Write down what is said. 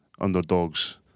underdogs